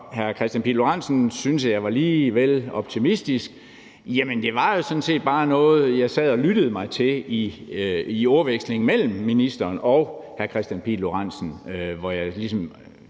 hr. Kristian Pihl Lorentzen syntes, at jeg var lige vel optimistisk, vil jeg sige, at det, jeg sagde, sådan set bare var noget, jeg sad og lyttede mig til i ordvekslingen mellem ministeren og hr. Kristian Pihl Lorentzen, hvor jeg ligesom